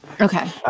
Okay